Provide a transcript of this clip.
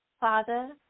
Father